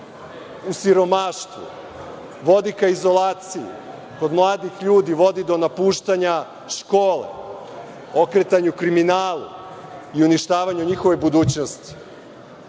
u siromaštvu vodi ka izolaciji, kod mladih ljudi vodi do napuštanja škole, okretanju kriminalu i uništavanju njihove budućnosti. Meni